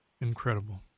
Incredible